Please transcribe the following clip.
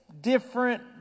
different